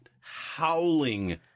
howling